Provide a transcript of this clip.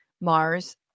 Mars